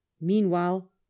Meanwhile